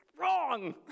wrong